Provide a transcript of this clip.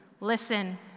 Listen